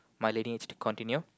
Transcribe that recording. my lady needs to continue